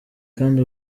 kandi